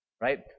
right